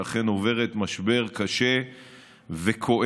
שאכן עוברת משבר קשה וכואב,